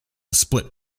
split